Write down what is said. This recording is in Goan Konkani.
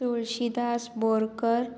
तुळशीदास बोरकर